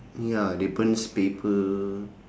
ya they burns paper